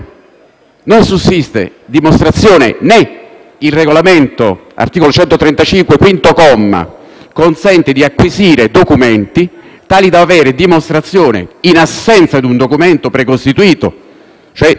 non sussiste dimostrazione, né il Regolamento (articolo 135, quinto comma) consente di acquisire documenti tali da avere dimostrazione, in assenza di un documento precostituito (cioè di